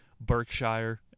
Berkshire